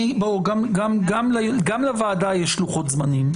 גם לוועדה יש לוחות זמנים.